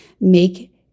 make